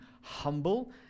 humble